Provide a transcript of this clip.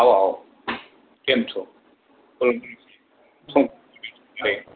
આવો આવો કેમ છો